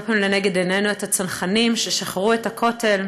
פעמים לנגד עינינו את הצנחנים ששחררו את הכותל.